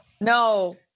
No